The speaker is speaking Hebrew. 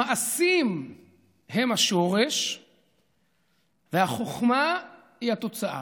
המעשים הם השורש והחוכמה היא התוצאה.